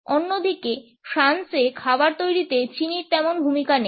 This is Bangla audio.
অন্যদিকে ফ্রান্সে খাবার তৈরিতে চিনির তেমন ভূমিকা নেই